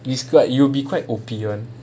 it's quite you'll be quite O_P [one]